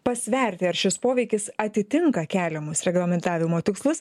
pasverti ar šis poveikis atitinka keliamus reglamentavimo tikslus